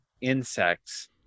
insects